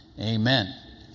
Amen